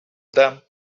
them